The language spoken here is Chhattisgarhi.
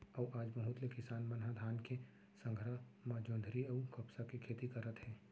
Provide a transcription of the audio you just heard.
अउ आज बहुत ले किसान मन ह धान के संघरा म जोंधरी अउ कपसा के खेती करत हे